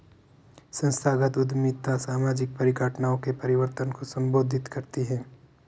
संस्थागत उद्यमिता सामाजिक परिघटनाओं के परिवर्तन को संबोधित करती है